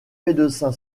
médecin